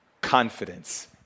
confidence